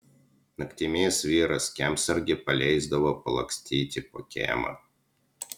naktimis vyras kiemsargę paleisdavo palakstyti po kiemą